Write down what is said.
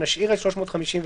ונשאיר את 356,